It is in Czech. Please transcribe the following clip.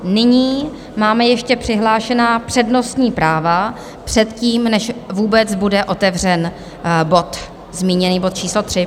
Nyní máme ještě přihlášená přednostní práva předtím, než vůbec bude otevřen zmíněný bod číslo 3.